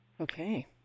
okay